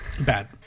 Bad